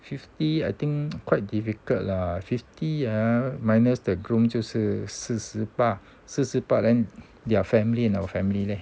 fifty I think quite difficult lah fifty uh minus the groom 就是 forty eight then their family and our family leh